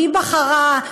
היא בחרה,